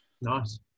nice